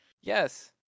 Yes